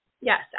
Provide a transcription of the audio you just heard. Yes